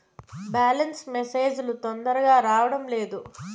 Balance message లు తొందరగా రావడం లేదు?